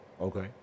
Okay